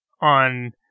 on